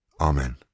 Amen